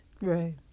Right